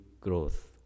growth